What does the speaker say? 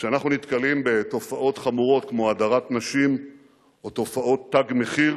כשאנחנו נתקלים בתופעות חמורות כמו הדרת נשים או תופעות "תג מחיר",